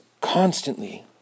constantly